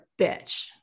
bitch